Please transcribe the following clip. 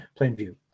Plainview